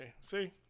See